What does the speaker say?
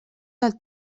del